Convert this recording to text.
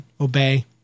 obey